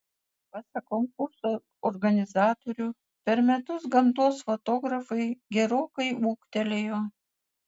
pasak konkurso organizatorių per metus gamtos fotografai gerokai ūgtelėjo